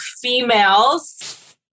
females